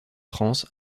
trans